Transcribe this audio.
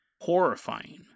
horrifying